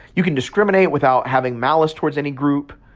you can discriminate without having malice towards any group.